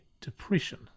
depression